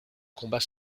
combat